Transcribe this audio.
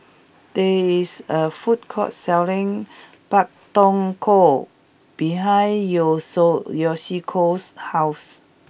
there is a food court selling Pak Thong Ko behind your so Yoshiko's house